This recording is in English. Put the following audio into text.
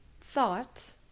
thought